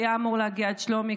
שהיה אמור להגיע עד שלומי,